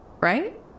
right